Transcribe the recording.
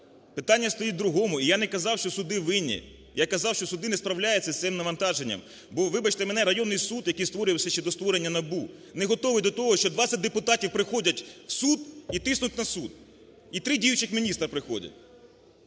Питання стоїть в другому. І я не казав, що суди винні, я казав, що суди не справляються з цим навантаженням. Бо, вибачте мене, районний суд, який створювався ще до створення НАБУ, не готовий до того, що 20 депутатів приходять в суд, і тиснуть на суд, і три діючих міністра приходять.